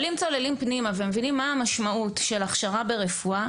אבל אם צוללים פנימה ומבינים את המשמעות של הכשרה ברפואה,